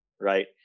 right